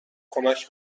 کمک